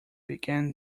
began